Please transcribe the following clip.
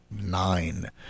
nine